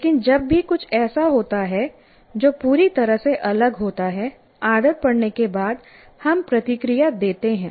लेकिन जब भी कुछ ऐसा होता है जो पूरी तरह से अलग होता है आदत पड़ने के बाद हम प्रतिक्रिया देते हैं